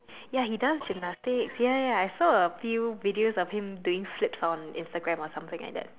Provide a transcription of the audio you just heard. ya he does gymnastics ya ya ya I saw a few videos of him doing flips on Instagram or something like that